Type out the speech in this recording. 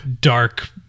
dark